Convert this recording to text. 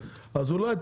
אז לא עשו תוכנית מאושרת.